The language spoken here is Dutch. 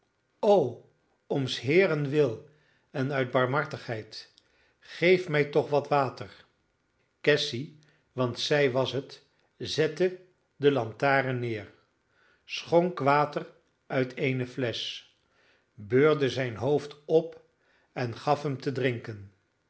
om s heeren wil en uit barmhartigheid geef mij toch wat water cassy want zij was het zette de lantaren neer schonk water uit eene flesch beurde zijn hoofd op en gaf hem te drinken